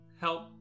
help